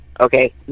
Okay